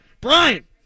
Brian